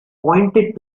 pointed